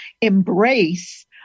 embrace